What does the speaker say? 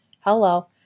Hello